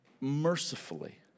mercifully